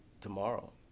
tomorrow